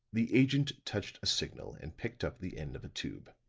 the agent touched a signal and picked up the end of a tube.